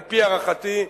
על-פי הערכתי,